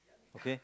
okay